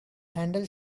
handle